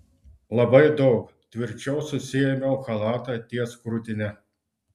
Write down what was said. labai daug tvirčiau susiėmiau chalatą ties krūtine